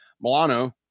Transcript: Milano